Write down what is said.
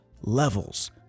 levels